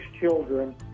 children